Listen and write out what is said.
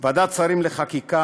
לוועדת שרים לחקיקה,